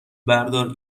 بردار